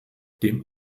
dem